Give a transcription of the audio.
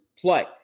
play